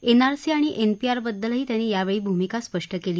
NRC आणि NPR बद्दलही त्यांनी यावेळी भूमिका स्पष्ट केली